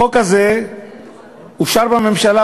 החוק הזה אושר בממשלה,